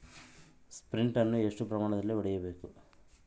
Sprint ಅನ್ನು ಎಷ್ಟು ಪ್ರಮಾಣದಲ್ಲಿ ಹೊಡೆಯಬೇಕು?